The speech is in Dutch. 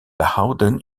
behouden